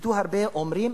וציטטו את זה הרבה, שאומרים: